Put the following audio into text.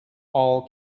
all